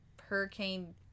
hurricane